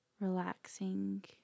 relaxing